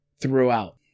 throughout